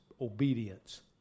obedience